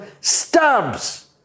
stabs